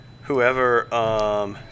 Whoever